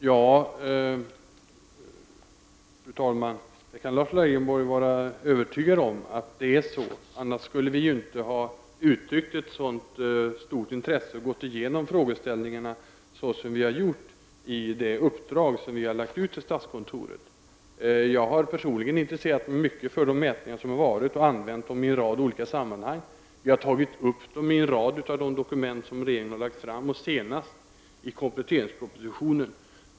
Fru talman! Lars Leijonborg kan vara övertygad om att det är så. Annars skulle vi inte ha uttryckt ett så stort intresse och gått igenom frågeställningarna så som vi har gjort i det uppdrag som vi har lagt ut till statskontoret. Jag har personligen intresserat mig mycket för de mätningar som har skett och använder resultaten i en rad olika sammanhang. Vi har tagit med dem i en rad dokument som regeringen har lagt fram, senast i kompletteringspropositionen.